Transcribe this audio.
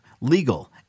legal